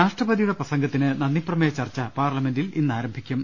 രാഷ്ട്രപതിയുടെ പ്രസംഗത്തിന് നന്ദിപ്രമേയ ചർച്ച പാർലമെന്റിൽ ഇന്ന് ആരം ഭിക്കും